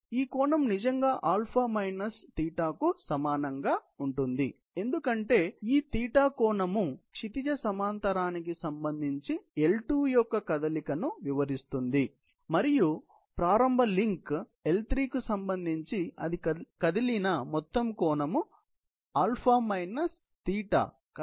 కాబట్టి ఈ కోణం నిజంగా α θ కు సమానంగా ఉంటుంది ఎందుకంటే θ ఈ కోణం క్షితిజ సమాంతరానికి సంబంధించి L2 యొక్క కదలికను వివరిస్తుంది మరియు ప్రారంభ లింక్ L3 కు సంబంధించి అది కదిలిన మొత్తం కోణం ప్రాథమికంగా α మైనస్ θ α θ